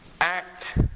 act